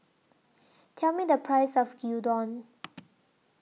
Tell Me The Price of Gyudon